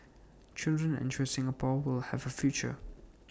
children ensure Singapore will have A future